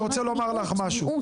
אני רוצה לומר לך משהו,